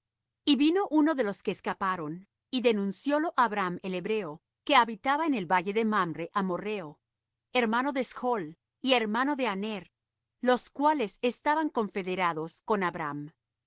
y vino uno de los que escaparon y denunciólo á abram el hebreo que habitaba en el valle de mamre amorrheo hermano de eschl y hermano de aner los cuales estaban confederados con abram y